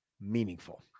meaningful